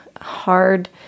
hard